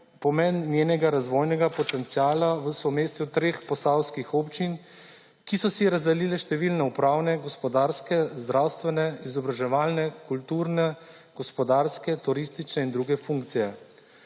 pomen njenega razvojnega potenciala v somestju treh posavskih občin, ki so si razdelile številne upravne, gospodarske, zdravstvene, izobraževalne, kulturne, gospodarske, turistične in druge funkcije.